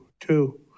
two